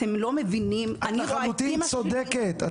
אתם לא מבינים, אני רואה את אימא שלי.